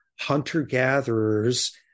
hunter-gatherers